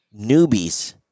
newbies